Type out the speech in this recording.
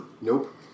Nope